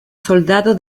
soldado